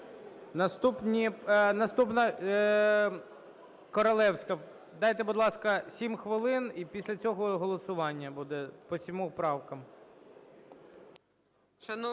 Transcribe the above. Наступна - Королевська. Дайте, будь ласка, 7 хвилин, і після цього голосування буде по сімом правкам.